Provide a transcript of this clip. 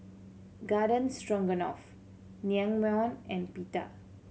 Garden Stroganoff Naengmyeon and Pita